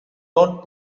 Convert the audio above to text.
don’t